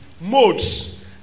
Modes